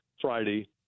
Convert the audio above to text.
Friday